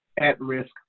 at-risk